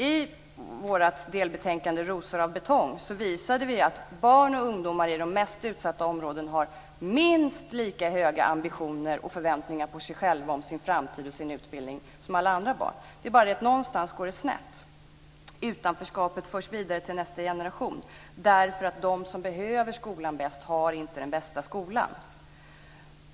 I vårt delbetänkande Rosor av betong visade vi att barn och ungdomar i de mest utsatta områdena har minst lika höga ambitioner och förväntningar på sig själva, sin framtid och sin utbildning som alla andra barn. Men någonstans går det snett. Utanförskapet förs vidare till nästa generation, därför att de som behöver skolan bäst har inte den bästa skolan.